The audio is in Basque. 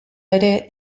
ere